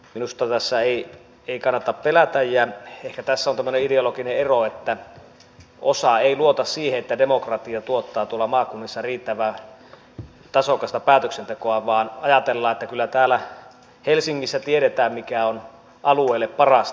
minusta tässä ei kannata pelätä ja ehkä tässä on tämmöinen ideologinen ero että osa ei luota siihen että demokratia tuottaa tuolla maakunnissa riittävän tasokasta päätöksentekoa vaan ajatellaan että kyllä täällä helsingissä tiedetään mikä on alueille parasta